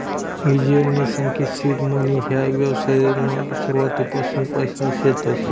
ईजयनी सांग की सीड मनी ह्या व्यवसायमा सुरुवातपासून पैसा शेतस